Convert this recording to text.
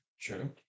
True